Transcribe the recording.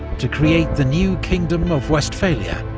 to create the new kingdom of westphalia,